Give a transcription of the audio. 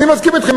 אני מסכים אתכם,